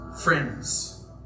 friends